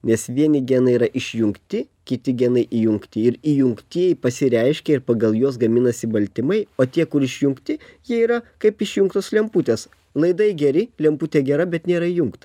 nes vieni genai yra išjungti kiti genai įjungti ir įjungtieji pasireiškia ir pagal juos gaminasi baltymai o tie kur išjungti jie yra kaip išjungtos lemputės laidai geri lemputė gera bet nėra įjungta